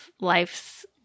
life's